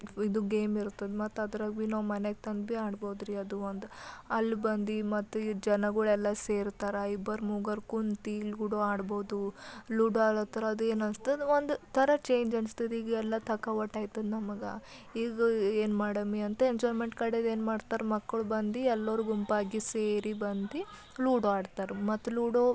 ಇದು ಗೇಮಿರ್ತದೆ ಮತ್ತು ಅದ್ರಾಗ ಭೀ ನಾವು ಮನೆಗೆ ತಂದು ಭೀ ಆಡ್ಬೋದ್ರಿ ಅದು ಒಂದು ಅಲ್ಲಿ ಬಂದು ಮತ್ತು ಈ ಜನಗಳೆಲ್ಲ ಸೇರ್ತಾರ ಇಬ್ಬರು ಮೂವರು ಕೂತು ಲೂಡೋ ಆಡ್ಬೋದು ಲೂಡೋ ಆಡ್ಲತ್ತಾರ ಅದು ಏನನ್ಸ್ತದ ಒಂದು ಥರ ಚೇಂಜ್ ಅನ್ಸ್ತದೆ ಈಗೆಲ್ಲ ತಗೋ ಒಟ್ಟಾಯ್ತದೆ ನಮಗೆ ಈಗ ಏನು ಮಾಡಮ್ಮಿ ಅಂತ ಎಂಜಾಯ್ಮೆಂಟ್ ಕಡೆಗೆ ಏನು ಮಾಡ್ತಾರೆ ಮಕ್ಕಳು ಬಂದು ಎಲ್ಲರೂ ಗುಂಪಾಗಿ ಸೇರಿ ಬಂದು ಲೂಡೋ ಆಡ್ತಾರೆ ಮತ್ತು ಲೂಡೋ